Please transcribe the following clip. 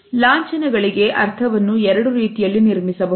ಲಾಂಛನ ಗಳಿಗೆ ಅರ್ಥವನ್ನು ಎರಡು ರೀತಿಯಲ್ಲಿ ನಿರ್ಮಿಸಬಹುದು